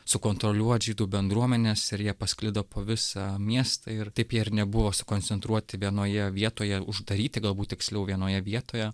sukontroliuot žydų bendruomenės ir jie pasklido po visą miestą ir taip jie ir nebuvo sukoncentruoti vienoje vietoje uždaryti galbūt tiksliau vienoje vietoje